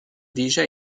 déjà